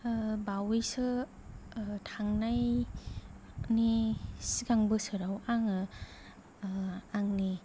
बावयैसो थांनाय सिगां बोसोराव आङो आंनि